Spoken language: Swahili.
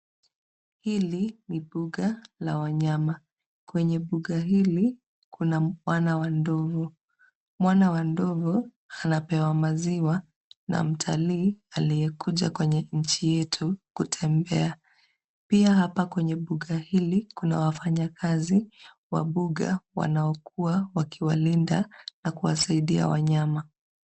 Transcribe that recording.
Hili ni mbuga la wanyama. Kwenye mbuga hili kuna mwana wa ndovu. Mwana wa ndovu anapewa maziwa na mtalii aliyekuja kwenye nchi yetu kutembea. Pia hapa kwenye mbuga hili kuna wafanyakazi wa mbuga wanaokuwa wakiwalinda na kuwasaidia wanyama.